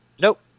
Nope